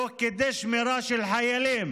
תוך כדי שמירה של חיילים.